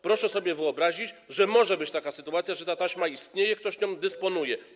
Proszę sobie wyobrazić, że może być taka sytuacja, że ta taśma istnieje, ktoś nią dysponuje.